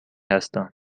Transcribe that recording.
هستم